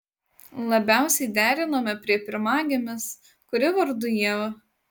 labiausiai derinome prie pirmagimės kuri vardu ieva